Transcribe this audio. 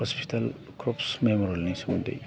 hospital crafts मेम'रियेलनि सोमोन्दै